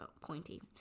pointy